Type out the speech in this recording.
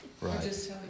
Right